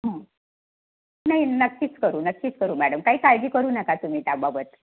नाही नक्कीच करू नक्कीच करू मॅडम काही काळजी करू नका तुम्ही त्याबाबत